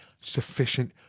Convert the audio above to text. sufficient